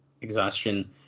exhaustion